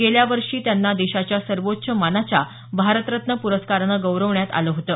गेल्या वर्षीचं त्यांना देशाच्या सर्वोच्च मानाच्या भारतरत्न पुरस्कारानं गौरवण्यात आलं होतं